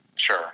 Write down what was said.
Sure